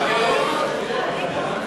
יהדות התורה להביע אי-אמון בממשלה לא נתקבלה.